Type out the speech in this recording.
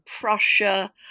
Prussia